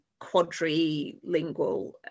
quadrilingual